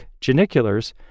geniculars